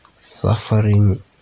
Suffering